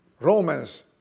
Romans